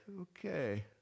okay